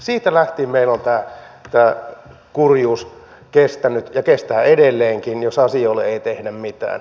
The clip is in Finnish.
siitä lähtien meillä on tämä kurjuus kestänyt ja kestää edelleenkin jos asioille ei tehdä mitään